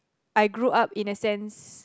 I grew up in the sense